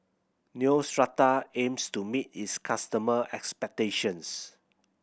Neostrata aims to meet its customer expectations